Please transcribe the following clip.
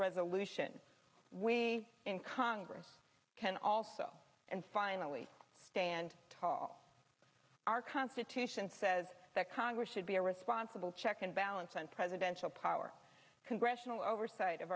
resolution we in congress can also and finally stand tall our constitution says that congress should be a responsible check and balance and presidential power congressional oversight of